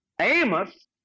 Amos